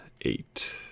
eight